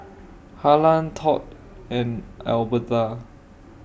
Harland Todd and Albertha